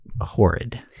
horrid